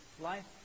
life